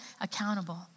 accountable